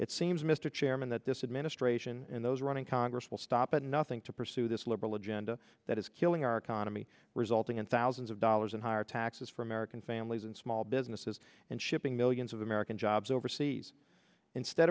it seems mr chairman that this administration and those running congress will stop at nothing to pursue this liberal agenda that is killing our economy resulting in thousands of dollars in higher taxes for american families and small businesses and shipping millions of american jobs overseas instead